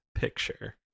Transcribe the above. picture